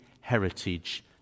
heritage